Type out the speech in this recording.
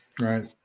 Right